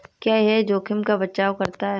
क्या यह जोखिम का बचाओ करता है?